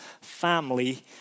family